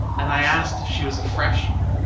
and i asked if she was a freshman.